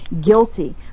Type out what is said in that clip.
guilty